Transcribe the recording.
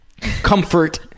comfort